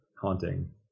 haunting